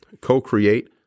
co-create